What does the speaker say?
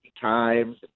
times